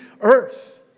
earth